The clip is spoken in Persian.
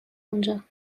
اونجا